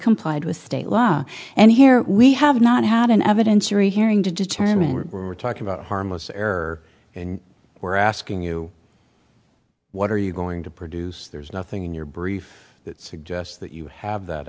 complied with state law and here we have not had an evidentiary hearing to determine or talk about harmless error and we're asking you what are you going to produce there's nothing in your brief that suggests that you have that